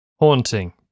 haunting